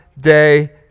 day